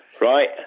right